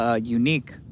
unique